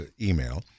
email